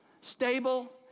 stable